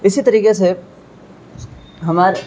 اسی طریقے سے ہمارے